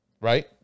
Right